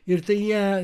ir tai jie